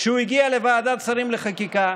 כשהוא הגיע לוועדת השרים לחקיקה,